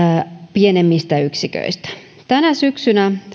pienemmistä yksiköistä tänä syksynä